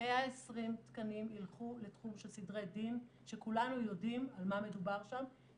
120 תקנים ילכו לתחום של סדרי דין שכולנו יודעים על מה מדובר שם.